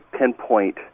pinpoint